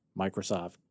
Microsoft